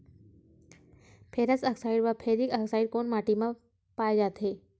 Ferrous oxide व ferric oxide कोन सा माटी म पाय जाथे?